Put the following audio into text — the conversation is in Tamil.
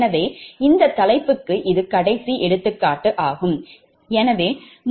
எனவே இந்த தலைப்புக்கு இது கடைசி எடுத்துக்காட்டு ஆகும்